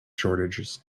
shortages